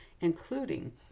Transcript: including